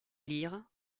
lire